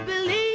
believe